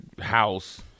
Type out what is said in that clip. house